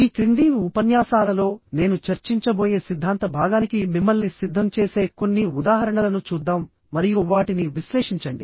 ఈ క్రింది ఉపన్యాసాలలో నేను చర్చించబోయే సిద్ధాంత భాగానికి మిమ్మల్ని సిద్ధం చేసే కొన్ని ఉదాహరణలను చూద్దాం మరియు వాటిని విశ్లేషించండి